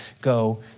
go